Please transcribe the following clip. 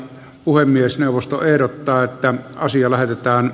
puhemiesneuvosto ehdottaa että asia lähetetään